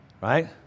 right